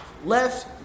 Left